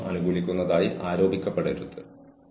കൂടാതെ അസോസിയേഷനെ പല തരത്തിൽ അനീതിയായി കണക്കാക്കാം